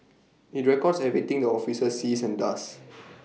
IT records everything the officer sees and does